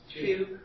Two